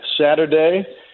Saturday